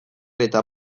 eta